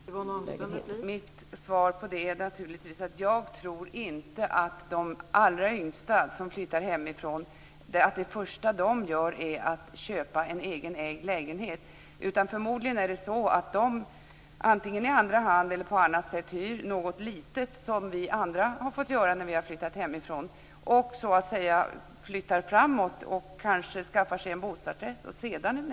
Fru talman! Mitt svar på den frågan är naturligtvis att de allra yngsta som flyttar hemifrån inte köper någon egen ägd lägenhet. Förmodligen hyr de något litet i andra hand eller på annat sätt, precis som vi andra har fått göra när vi har flyttat hemifrån. Sedan kanske de köper en bostadsrättslägenhet innan de skaffar en ägarlägenhet.